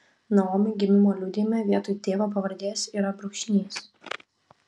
naomi gimimo liudijime vietoj tėvo pavardės yra brūkšnys